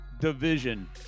division